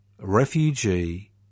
refugee